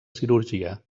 cirurgia